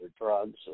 drugs